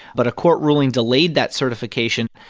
but a court ruling delayed that certification.